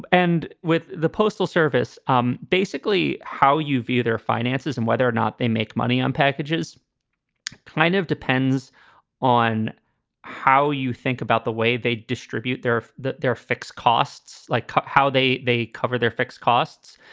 and with the postal service, um basically how you view their finances and whether or not they make money on packages kind of depends on how you think about the way they distribute their their fixed costs, like how they they cover their fixed costs.